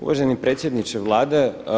Uvaženi predsjedniče Vlade.